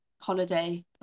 holiday